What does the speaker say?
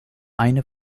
eine